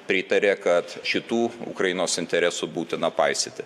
pritaria kad šitų ukrainos interesų būtina paisyti